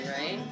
right